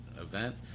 event